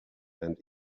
and